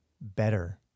better